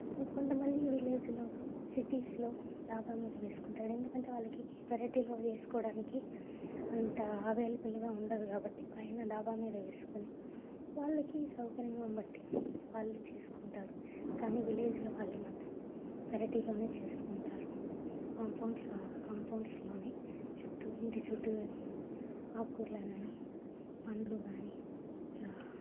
ఇంకొంతమంది విలేజ్లో సిటీస్లో డాబా మీద వేసుకుంటారు ఎందుకంటే వాళ్ళకి పెరటిలో వేసుకోడానికి అంతా అవైలబుల్గా ఉండదు కాబట్టి పైన డాబా మీద వేసుకొని వాళ్ళకి సౌకర్యంగా బట్టి వాళ్ళు చేసుకుంటారు కానీ విలేజ్లో వాళ్ళు మాత్రం పెరటిలోనే చేస్కుంటారు కాంపౌండ్స్ కాంపౌండ్స్లోని చుట్టూ ఇంటి చుట్టూ ఆక్కూరలు కానీ పండ్లు కానీ ఇంకా